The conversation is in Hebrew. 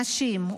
נשים,